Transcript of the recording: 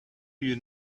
you